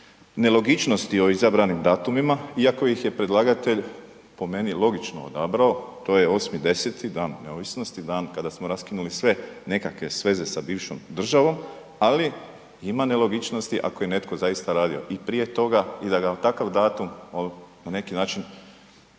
nelogičnosti o izabranim datumima iako ih je predlagatelj po meni logično odabrao, to je 8.10., dan Neovisnosti, dan kada smo raskinuli sve nekakve sveze sa bivšom državom, ali ima nelogičnosti ako je netko zaista radio i prije toga i da ga takav datum na neki način,